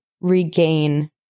regain